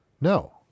No